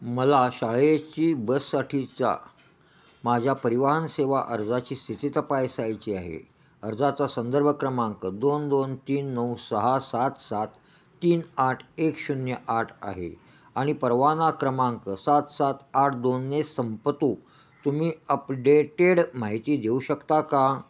मला शाळेची बससाठीचा माझ्या परिवहन सेवा अर्जाची स्थिती तपायसायची आहे अर्जाचा संदर्भ क्रमांक दोन दोन तीन नऊ सहा सात सात तीन आठ एक शून्य आठ आहे आणि परवाना क्रमांक सात सात आठ दोनने संपतो तुम्ही अपडेटेड माहिती देऊ शकता का